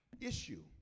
Issue